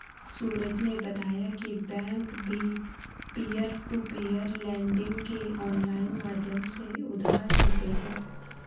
सूरज ने बताया की बैंक भी पियर टू पियर लेडिंग के ऑनलाइन माध्यम से उधार देते हैं